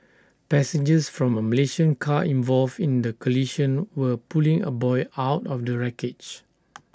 passengers from A Malaysian car involved in the collision were pulling A boy out of the wreckage